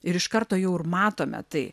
ir iš karto jau ir matome tai